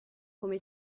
come